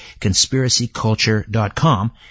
conspiracyculture.com